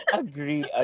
agree